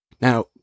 Now